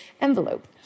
envelope